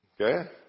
Okay